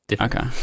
Okay